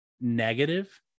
negative